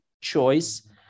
choice